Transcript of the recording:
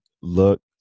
look